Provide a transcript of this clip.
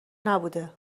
نبوده